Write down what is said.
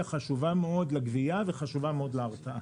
חשובה מאוד לגבייה וחשובה מאוד להרתעה.